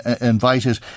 invited